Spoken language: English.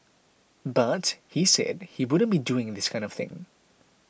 but he said he wouldn't be doing this kind of thing